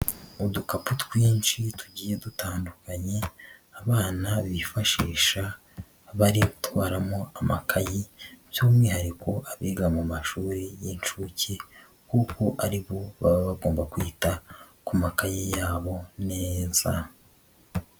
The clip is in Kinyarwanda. Udukapu twinshi tugiye dutandukanye, abana bifashisha bari gutwaramo amakayi by'umwihariko abiga mu mashuri y'inshuke kuko ari bo baba bagomba kwita ku makayi yabo neza.